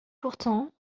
pourtant